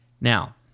now